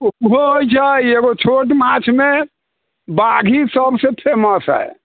ओहो छै एकगो छोट माछमे बाघी सभसँ फेमस हइ